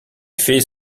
faits